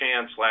last